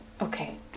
Okay